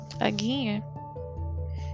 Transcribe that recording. again